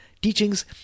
teachings